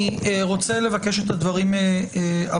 אני רוצה לבקש את הדברים הבאים: